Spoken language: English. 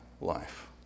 life